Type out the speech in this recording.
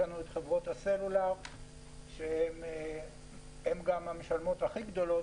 יש את חברות הסלולר שהן המשלמות הגדולות